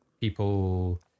people